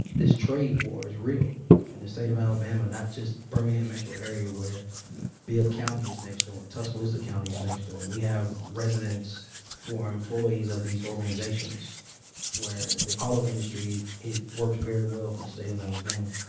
this trade war is real in and the state of alabama, not just birmingham metro area, where bibb county is next door and tuscaloosa county's next door. and we have residents who are employees of these organizations where the auto industry it works very well for the state of alabama.